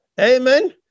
Amen